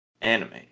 anime